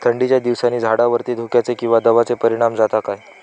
थंडीच्या दिवसानी झाडावरती धुक्याचे किंवा दवाचो परिणाम जाता काय?